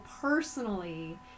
personally